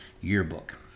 yearbook